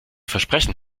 versprechen